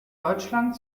deutschland